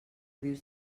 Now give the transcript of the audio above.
dius